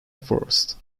forest